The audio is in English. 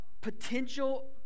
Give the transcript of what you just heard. potential